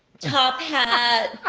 top hat.